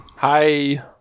Hi